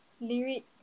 lyric